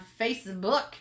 Facebook